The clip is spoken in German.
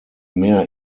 mehr